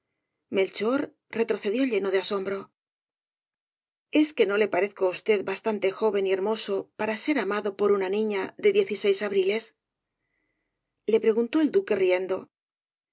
melchor retrocedió lleno de asombro es que no le parezco á usted bastante joven y hermoso para ser amado por una niña de diez y seis abriles le preguntó el duque riendo